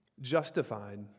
justified